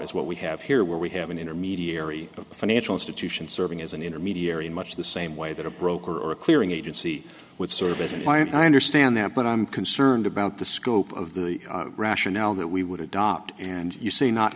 as what we have here where we have an intermediary a financial institution serving as an intermediary in much the same way that a broker or a clearing agency would service and i understand that but i'm concerned about the scope of the rationale that we would adopt and you say not